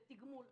ועל תִגמול.